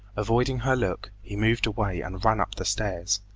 avoiding her look, he moved away and ran up the stairs.